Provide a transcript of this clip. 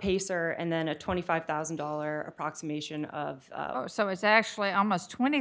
pacer and then a twenty five thousand dollar approximation of some is actually almost twenty